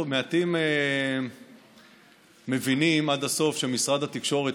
מעטים מבינים עד הסוף שמשרד התקשורת,